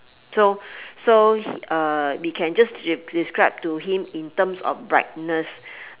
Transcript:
so so he uh we can just des~ describe to him in terms of brightness